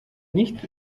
nichts